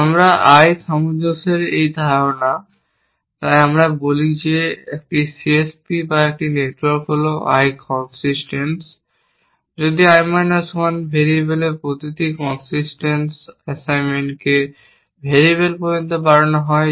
আমরা I সামঞ্জস্যের এই ধারণা তাই আমরা বলি যে একটি CSP বা একটি নেটওয়ার্ক হল I consistence যদি I minus 1 ভেরিয়েবলের প্রতিটি consistence অ্যাসাইনমেন্টকে I ভেরিয়েবল পর্যন্ত বাড়ানো যায়